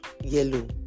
yellow